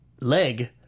leg